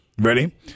Ready